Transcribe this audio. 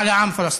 על העם הפלסטיני,